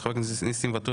של חבר הכנסת ניסים ואטורי,